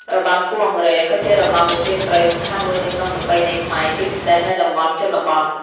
របាំគោះអង្រែ ក៏ជារបាំប្រជាប្រិយសំខាន់មួយនៅក្នុងប្រពៃណីខ្មែរជាពិសេសនៅតំបន់ជនបទ។